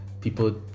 people